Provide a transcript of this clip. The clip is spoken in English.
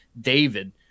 David